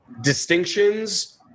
distinctions